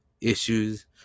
issues